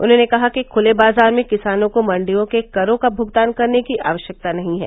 उन्होंने कहा कि ख्ले बाजार में किसानों को मंडियों के करों का भुगतान करने की आवश्यकता नहीं है